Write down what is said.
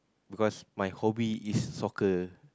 because my hobby is soccer